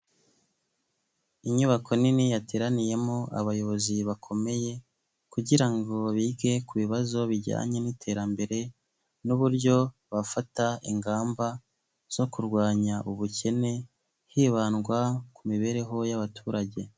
Inyubako nini yateraniyemo abayobozi bakomeye kugira ngo bige ku bibazo bijyanye n'iterambere n'uburyo bafata ingamba zo kurwanya ubukene hibandwa ku mibereho y'abaturage.